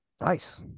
Nice